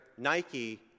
Nike